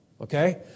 okay